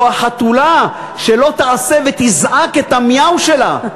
או החתולה שלא תעשה ותזעק את ה"מיאו" שלה,